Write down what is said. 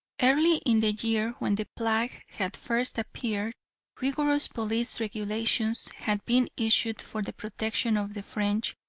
early in the year when the plague had first appeared rigorous police regulations had been issued for the protection of the french,